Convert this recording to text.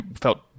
felt